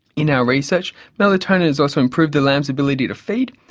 in our research melatonin has also improved the lamb's ability to feed,